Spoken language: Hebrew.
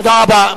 תודה רבה.